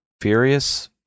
Furious